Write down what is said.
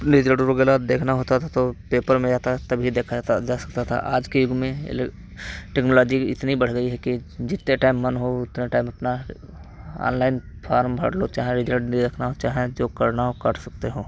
result वग़ैरह देखना होता था तो पेपर में आता तभी देखा जाता देखा सकता था आज के युग में इलेक टेक्नोलॉजी इतनी बढ़ गई है कि जितने टाइम मन हो उतने टाइम अपना ऑनलाइन फार्म भर लो चाहे रिजल्ट देखना चाहे जो करना हो कर सकते हो